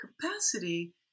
capacity